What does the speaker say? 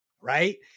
right